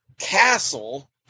Castle